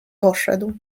poszedł